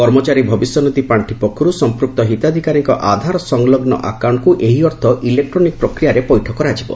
କର୍ମଚାରୀ ଭବିଷ୍ୟନିଧି ପାର୍ଷି ପକ୍ଷରୁ ସମ୍ପୃକ୍ତ ହିତାଧିକାରୀଙ୍କ ଆଧାର ସଂଲଗ୍ନ ଆକାଉଣ୍ଟକୁ ଏହି ଅର୍ଥ ଇଲେକ୍ଟ୍ରୋନିକ ପ୍ରକ୍ରିୟାରେ ପୈଠ କରାଯିବ